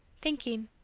thinking.